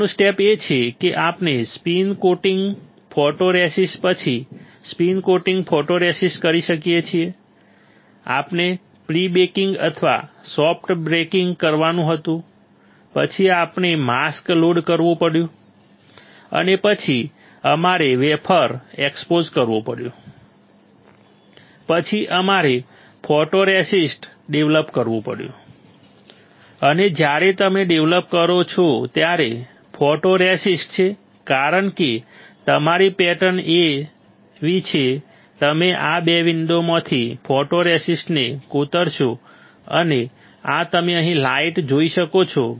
આગળનું સ્ટેપ એ છે કે આપણે સ્પિન કોટિંગ ફોટોરેસિસ્ટ પછી સ્પિન કોટિંગ ફોટોરેસિસ્ટ કરીએ છીએ આપણે પ્રિબેકિંગ અથવા સોફ્ટ બેકિંગ કરવાનું હતું પછી અમારે માસ્ક લોડ કરવું પડ્યું અને પછી અમારે વેફર એક્સપોઝ કરવું પડ્યું પછી અમારે ફોટોરેસિસ્ટ ડેવલપ કરવું પડ્યું અને જ્યારે તમે ડેવલપ કરો ત્યારે ફોટોરેસિસ્ટ છે કારણ કે તમારી પેટર્ન એવી છે તમે આ 2 વિન્ડોમાંથી ફોટોરેસિસ્ટને કોતરશો અને આ તમે અહીં લાઈટ જોઈ શકો છો